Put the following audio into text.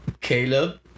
Caleb